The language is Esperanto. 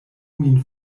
min